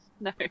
No